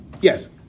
Yes